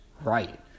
right